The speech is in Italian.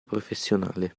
professionale